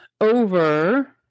Over